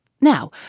Now